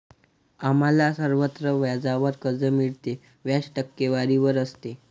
आम्हाला सर्वत्र व्याजावर कर्ज मिळते, व्याज टक्केवारीवर असते